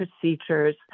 procedures